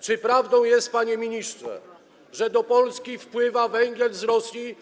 Czy prawdą jest, panie ministrze, że do Polski wpływa węgiel z Rosji?